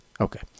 Okay